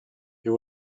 you